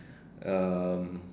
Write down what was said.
um